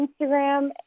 Instagram